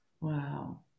Wow